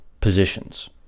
positions